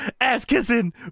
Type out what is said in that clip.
ass-kissing